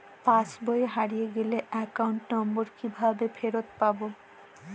পাসবই হারিয়ে গেলে account number কিভাবে ফেরত পাব?